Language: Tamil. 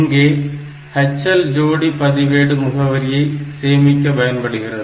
இங்கே HL ஜோடி பதிவேடு முகவரியை சேமிக்க பயன்படுகிறது